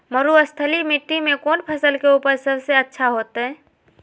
मरुस्थलीय मिट्टी मैं कौन फसल के उपज सबसे अच्छा होतय?